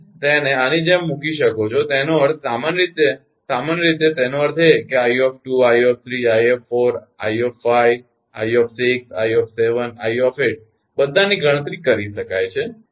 તમે તેને આની જેમ મૂકી શકો છો તેનો અર્થ સામાન્ય રીતે સામાન્ય રીતે તેનો અર્થ એ કે 𝑖 𝑖 𝑖 𝑖 𝑖 𝑖 𝑖 બધાની ગણતરી કરી શકાય છે